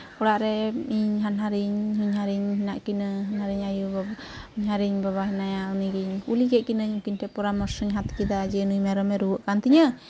ᱟᱫᱚ ᱚᱲᱟᱜ ᱨᱮ ᱤᱧ ᱦᱟᱱᱦᱟᱨᱤᱧᱼᱦᱚᱧᱦᱟᱨᱤᱧ ᱦᱮᱱᱟᱜ ᱠᱤᱱᱟᱹ ᱦᱚᱧᱦᱟᱨᱤᱧ ᱟᱭᱳᱼᱵᱟᱵᱟ ᱦᱚᱧᱦᱟᱨᱤᱧ ᱵᱟᱵᱟ ᱦᱮᱱᱟᱭᱟ ᱩᱱᱤ ᱜᱮ ᱠᱩᱞᱤ ᱠᱮᱫ ᱠᱤᱱᱟᱹᱧ ᱩᱱᱠᱤᱱ ᱴᱷᱮᱱ ᱯᱚᱨᱟᱢᱚᱨᱥᱚᱧ ᱦᱟᱛ ᱠᱮᱫᱟ ᱡᱮ ᱱᱩᱭ ᱢᱮᱨᱚᱢᱮ ᱨᱩᱣᱟᱹᱜ ᱠᱟᱱ ᱛᱤᱧᱟᱹ